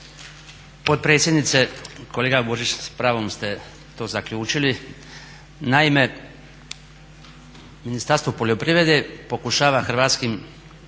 potpredsjednice. Kolega Borić s pravom ste to zaključili. Naime, Ministarstvo poljoprivrede pokušava hrvatskim